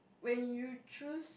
when you choose